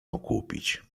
okupić